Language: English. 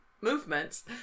movements